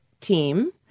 team